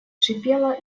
шипела